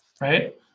right